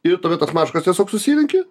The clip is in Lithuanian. ir tuomet tas marškas tiesiog susirenki